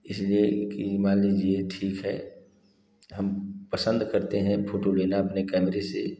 इसलिए कि मान लीजिए ठीक है हम पसंद करते हैं फोटू लेना अपने कैमरे से